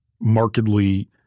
markedly